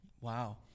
Wow